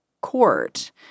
court